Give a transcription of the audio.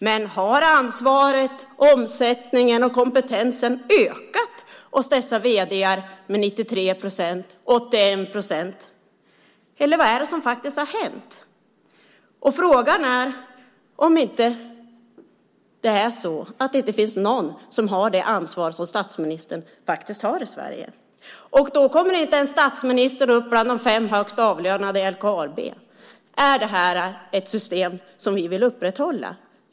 Men har ansvaret, omsättningen och kompetensen ökat hos dessa vd:ar med 93 procent eller 81 procent? Eller vad är det som faktiskt har hänt? Och frågan är om det finns någon som har det ansvar som statsministern faktiskt har i Sverige. Och då kommer inte ens statsministern upp bland de fem högst avlönade i LKAB. Är det här ett system som vi vill upprätthålla?